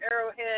Arrowhead